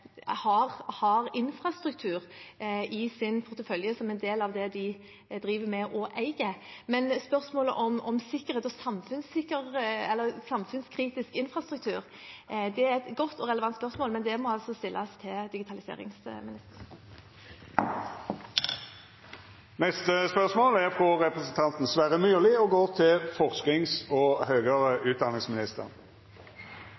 har infrastruktur i sin portefølje som en del av det de driver med og eier. Spørsmålet om sikkerhet og samfunnskritisk infrastruktur er godt og relevant, men må altså stilles til digitaliseringsministeren. Det er tid for gratulasjoner, og da vil jeg gratulere statsråd Asheim med nye utfordringer. Velkomstgaven fra